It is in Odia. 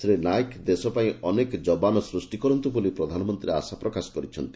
ଶ୍ରୀ ନାୟକ ଦେଶପାଇଁ ଅନେକ ଯବାନ ସୃଷ୍ ି କରନ୍ତୁ ବୋଲି ପ୍ରଧାନମନ୍ତୀ ଆଶା ପ୍ରକାଶ କରିଛନ୍ତି